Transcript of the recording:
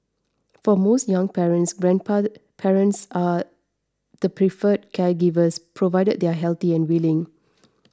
for most young parents grand parents are the preferred caregivers provided they are healthy and willing